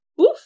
oof